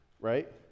right